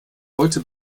heute